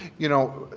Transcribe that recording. you know,